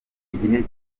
igihe